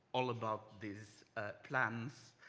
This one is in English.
all about this plans,